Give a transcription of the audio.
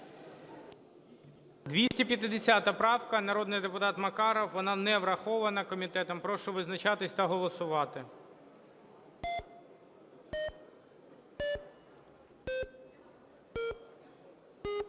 250 правка, народний депутат Макаров. Вона не врахована комітетом. Прошу визначатись та голосувати. 13:58:12 За-134